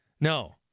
No